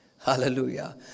Hallelujah